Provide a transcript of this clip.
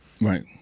Right